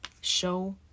show